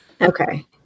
Okay